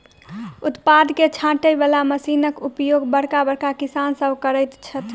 उत्पाद के छाँटय बला मशीनक उपयोग बड़का बड़का किसान सभ करैत छथि